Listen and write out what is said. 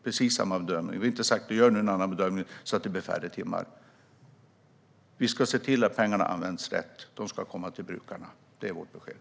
Vi har inte sagt att de ska göra en annan bedömning så att det blir färre timmar. Men vi ska se till att pengarna används rätt. De ska gå till brukarna. Det är vårt besked.